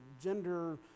gender